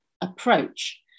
approach